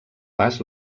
pas